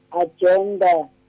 agenda